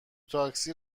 تاکسی